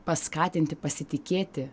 paskatinti pasitikėti